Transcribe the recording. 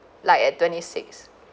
like at twenty six